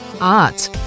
art